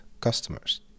customers